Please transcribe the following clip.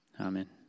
Amen